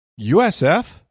USF